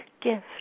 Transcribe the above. gift